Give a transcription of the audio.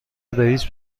رئیس